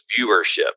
viewership